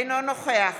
אינו נוכח